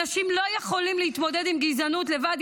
אנשים לא יכולים להתמודד עם גזענות לבד,